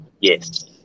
Yes